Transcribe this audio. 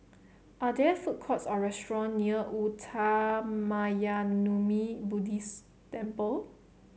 are there food courts or restaurant near Uttamayanmuni Buddhist Temple